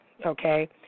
Okay